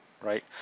right